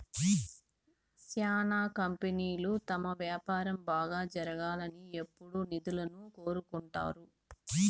శ్యానా కంపెనీలు తమ వ్యాపారం బాగా జరగాలని ఎప్పుడూ నిధులను కోరుకుంటారు